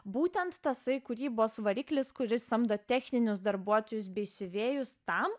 būtent tasai kūrybos variklis kuris samdo techninius darbuotojus bei siuvėjus tam